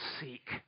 seek